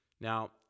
Now